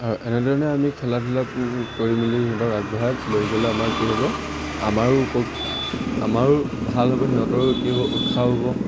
আৰু এনেধৰণে আমি খেলা ধূলা কৰি মেলি সিহঁতক আগবঢ়াই লৈ গ'লে আমাৰ কি হ'ব আমাৰো উপ আমাৰো ভাল হ'ব সিহঁতৰো কি হ'ব উৎসাহ হ'ব